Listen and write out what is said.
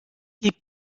les